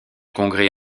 congrès